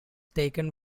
taken